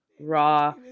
raw